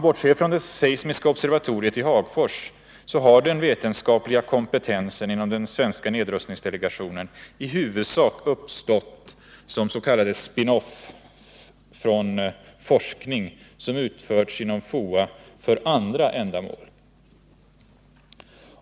Bortsett från det seismiska observatoriet i Hagfors har den vetenskapliga kompetensen inom den svenska nedrustningsdelegationen i huvudsak uppstått som s.k. spin-off från forskning som utförts inom FOA för andra ändamål.